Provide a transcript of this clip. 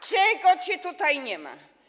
Czego cię tutaj nie ma?